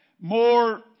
more